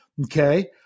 Okay